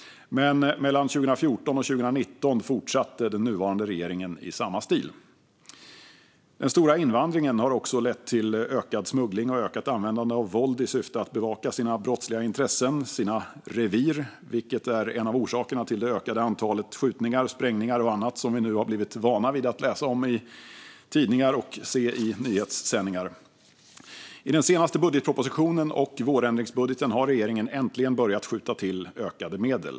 Men mellan 2014 och 2019 fortsatte den nuvarande regeringen i samma stil. Den stora invandringen har också lett till ökad smuggling och ett ökat användande av våld i syfte att man ska bevaka sina brottsliga intressen och sina revir. Det är en av orsakerna till det ökade antalet skjutningar, sprängningar och annat som vi nu har blivit vana vid att läsa om i tidningar och se i nyhetssändningar. I den senaste budgetpropositionen och vårändringsbudgeten har regeringen äntligen börjat skjuta till ökade medel.